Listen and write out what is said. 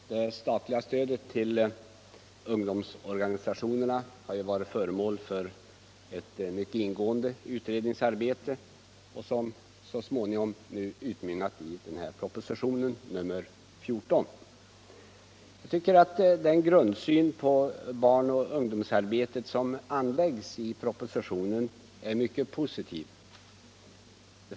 Herr talman! Det statliga stödet till ungdomsorganisationerna har ju varit föremål för ett mycket ingående utredningsarbete, som så småningom utmynnat i propositionen 14. Jag tycker att den grundsyn på barnoch ungdomsarbetet som anläggs i propositionen är mycket positiv.